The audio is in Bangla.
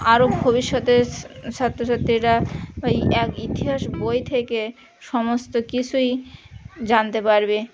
আরও ভবিষ্যতে সা ছাত্রছাত্রীরা এই এক ইতিহাস বই থেকে সমস্ত কিছুই জানতে পারবে